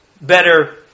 better